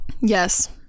Yes